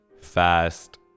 fast